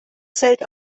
zelt